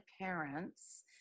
parents